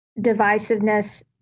divisiveness